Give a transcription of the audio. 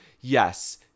Yes